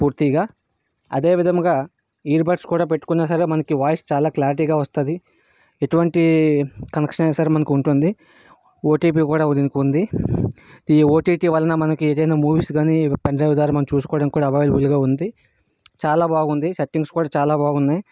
పూర్తిగా అదే విధముగా ఇయర్ బడ్స్ కూడా పెట్టుకున్న సరే మనకి వాయిస్ చాలా క్లారిటీగా వస్తుంది ఎటువంటి కనెక్షన్ అయినా సరే మనకు ఉంటుంది ఓటీటీ కూడా దీనికి ఉంది ఈ ఓటీటీ వలన మనకు ఏదైనా మూవీస్ కానీపెన్డ్రైవ్ ద్వారా మనకి చూసుకోవడానికి అవైలబుల్గా ఉంది చాలా బాగుంది సెట్టింగ్స్ కూడా చాలా బాగున్నాయి